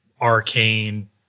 arcane